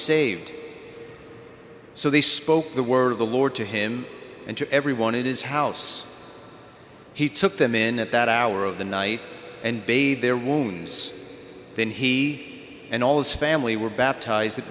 saved so they spoke the word of the lord to him and to everyone it is house he took them in at that hour of the night and bade their wounds then he and all those family were baptized that